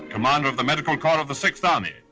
commander of the medical corps of the sixth army,